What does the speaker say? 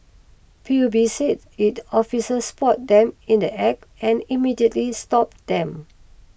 P U B said its officers spotted them in the Act and immediately stopped them